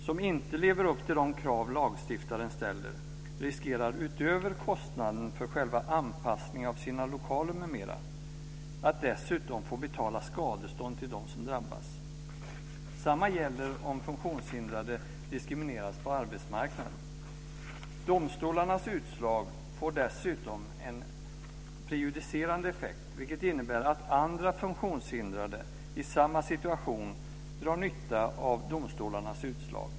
som inte lever upp till de krav som lagstiftaren ställer riskerar, utöver kostnaderna för själva anpassningen av sina lokaler m.m., att dessutom få betala skadestånd till dem som drabbas. Detsamma gäller om funktionshindrade diskriminerades på arbetsmarknaden. Domstolarnas utslag får dessutom en prejudicerande effekt, vilket innebär att andra funktionshindrade i samma situation drar nytta av domstolarnas utslag.